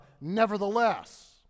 nevertheless